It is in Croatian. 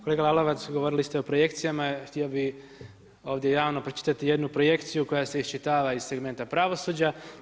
Kolega Lalovac govorili ste o projekcijama, htio bi ovdje javno pročitati jednu projekciju koja se iščitava iz segmenta pravosuđa.